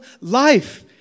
life